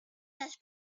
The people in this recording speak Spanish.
las